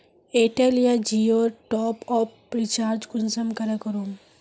Airtel या जियोर top आप रिचार्ज कुंसम करे करूम?